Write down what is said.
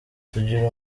tugira